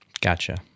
Gotcha